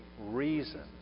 reasons